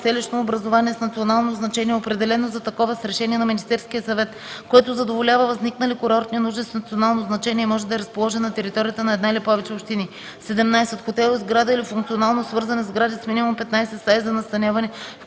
селищно образувание с национално значение, определено за такова с решение на Министерския съвет, което задоволява възникнали курортни нужди с национално значение и може да е разположен на територията на една или повече общини. 17. „Хотел” е сграда или функционално свързани сгради с минимум 15 стаи за настаняване,